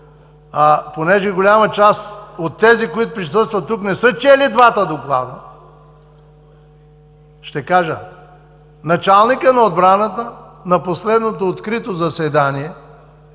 Понеже голяма част от тези, които присъстват тук, не са чели двата доклада, ще кажа: началникът на отбраната на последното открито заседание